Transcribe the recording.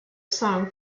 song